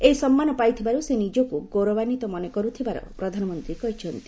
ଏହି ସମ୍ମାନ ପାଇଥିବାରୁ ସେ ନିଜକୁ ଗୌରବାନ୍ୱିତ ମନେ କରୁଥିବାର ପ୍ରଧାନମନ୍ତ୍ରୀ କହିଚ୍ଚନ୍ତି